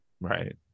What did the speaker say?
Right